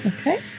Okay